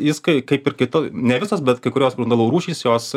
jis kai kaip ir kita ne visos bet kai kurios grundalų rūšys jos